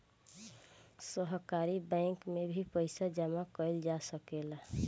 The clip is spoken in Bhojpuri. सहकारी बैंक में भी पइसा जामा कईल जा सकेला